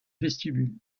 vestibule